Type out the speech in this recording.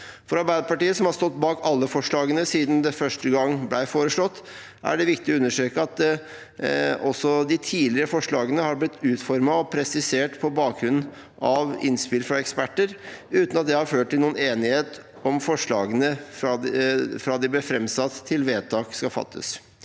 For Arbeiderpartiet, som har stått bak alle forslagene siden det første gang ble foreslått, er det viktig å understreke at også de tidligere forslagene har blitt utformet og presisert på bakgrunn av innspill fra eksperter, uten at det har ført til noen enighet om forslagene fra de ble framsatt, til vedtak skal fattes.